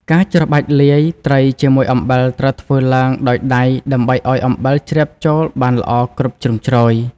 ការច្របាច់លាយ ត្រីជាមួយអំបិលត្រូវធ្វើឡើងដោយដៃដើម្បីឱ្យអំបិលជ្រាបចូលបានល្អគ្រប់ជ្រុងជ្រោយ។